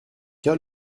cas